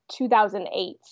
2008